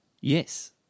Yes